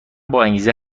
باانگیزه